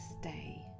stay